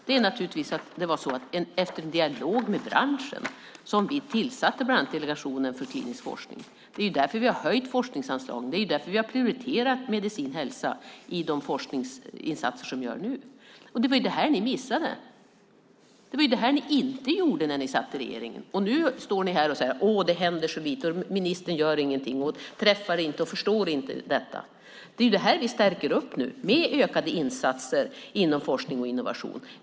Det var efter en dialog med branschen som vi tillsatte bland annat Delegationen för samverkan inom den kliniska forskningen. Det är därför vi har höjt forskningsanslagen, och det är därför vi har prioriterat medicin och hälsa i de forskningsinsatser som görs nu. Det var det här ni missade. Det var det här ni inte gjorde när ni satt i regeringen. Nu står ni här och säger att det händer så lite och att ministern inget gör, träffar inte någon och förstår inte detta. Vi stärker nu detta med hjälp av ökade insatser inom forskning och innovation.